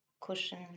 cushion